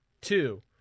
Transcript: Two